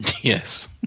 yes